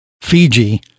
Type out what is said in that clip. Fiji